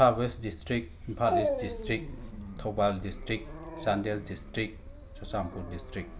Imphal west district Imphal east district Thoubal district Chandel district Churachandpur district